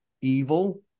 evil